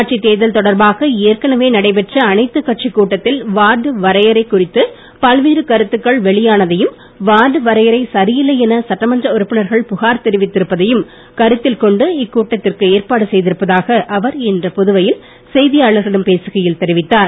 உள்ளாட்சித் தேர்தல் தொடர்பாக ஏற்கனவே நடைபெற்ற அனைத்துக் கட்சிக் கூட்டத்தில் வார்டு வரையறை குறித்து பல்வேறு கருத்துக்கள் வெளியானதையும் வார்டு வரையறை சரியில்லை என சட்டமன்ற உறுப்பினர்கள் புகார் தெரிவித்து இருப்பதையும் கருத்தில் கொண்டு இக்கூட்டத்திற்கு ஏற்பாடு செய்திருப்பதாக அவர் இன்று புதுவையில் செய்தியாளர்களிடம் பேசுகையில் தெரிவித்தார்